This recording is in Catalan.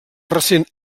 recent